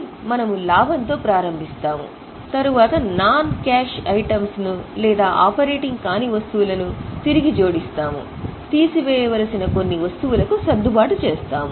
కాబట్టి మనము లాభంతో ప్రారంభిస్తాము తరువాత నాన్కాష్ ఐటెమ్లను లేదా ఆపరేటింగ్ కాని వస్తువులను తిరిగి జోడిస్తాము తీసివేయవలసిన కొన్ని వస్తువులకు సర్దుబాటు చేస్తాము